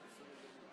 ולא רקטות וטילים,